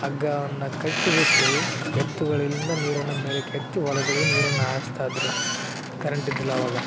ಹಗ್ಗವನ್ನ ಕಟ್ಟಿಬಿಟ್ಟು ಎತ್ತುಗಳಿಂದ ನೀರನ್ನು ಮೇಲಕ್ಕೆ ಎತ್ತಿ ಹೊಲಗಳಿಗೆ ನೀರನ್ನು ಹಾಯ್ಸ್ತಾ ಇದ್ದರು ಕರೆಂಟ್ ಇದ್ದಿಲ್ಲ ಅವಾಗ